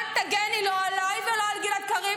אל תגני, לא עליי ולא על גלעד קריב.